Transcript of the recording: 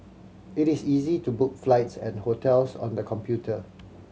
it is easy to book flights and hotels on the computer